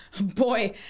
boy